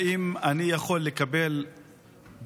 האם אני יכול לקבל בכתב,